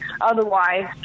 otherwise